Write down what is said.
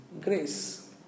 grace